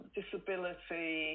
disability